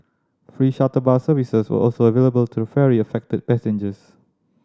free shuttle bus services were also available to ferry affected passengers